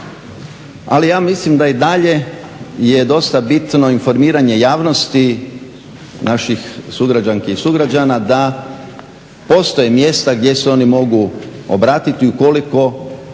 Ali ja mislim da i dalje je dosta bitno informiranje javnosti naših sugrađanki i sugrađana da postoje mjesta gdje se oni mogu obratiti ukoliko